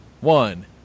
one